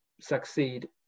succeed